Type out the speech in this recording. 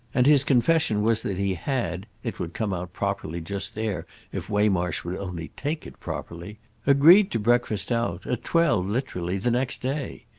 and his confession was that he had it would come out properly just there if waymarsh would only take it properly agreed to breakfast out, at twelve literally, the next day.